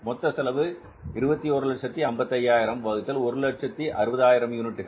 மொத்த செலவு 2155000 வகுத்தல் 160000 யூனிட்டுகள்